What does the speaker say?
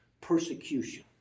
persecution